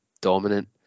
dominant